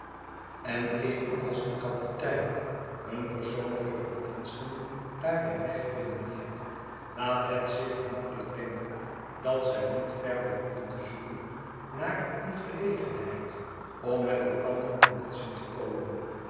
en even als de kapitein hun persoonlijke verdiensten daarbij weg redeneert laat het zich gemakkelijk denken dat zij niet ver behoeven te zoeken naar een gelegenheid om met elkander in botsing te komen